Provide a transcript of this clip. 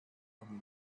them